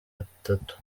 atatu